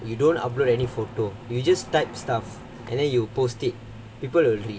you don't upload any photo you just type stuff and then you post it people will read